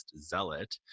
zealot